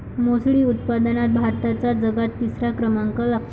मासोळी उत्पादनात भारताचा जगात तिसरा नंबर लागते